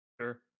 Sure